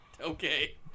Okay